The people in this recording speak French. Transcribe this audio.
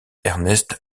ernest